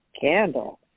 candle